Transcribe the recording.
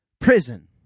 prison